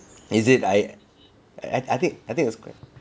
is it I I think it's quite